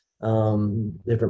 different